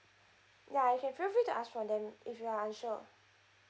ya you can feel free to ask from them if you're unsure